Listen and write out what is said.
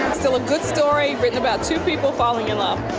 still a good story written about two people falling in love.